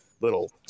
little